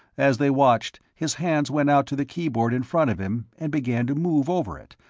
as they watched, his hands went out to the keyboard in front of him and began to move over it,